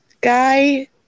guy